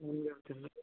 ಎಲ್ಲಿ ಹೋಗ್ತಿರೋದು